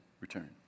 return